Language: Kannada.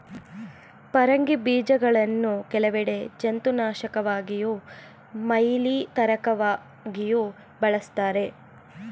ಪರಂಗಿ ಬೀಜಗಳನ್ನು ಕೆಲವೆಡೆ ಜಂತುನಾಶಕವಾಗಿಯೂ ಮೈಯಿಳಿತಕಾರಕವಾಗಿಯೂ ಬಳಸ್ತಾರೆ